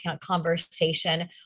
conversation